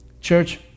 Church